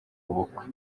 bukwe